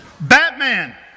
Batman